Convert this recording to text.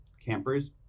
campers